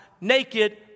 naked